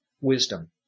wisdom